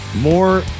More